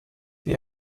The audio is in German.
wir